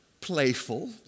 playful